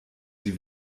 sie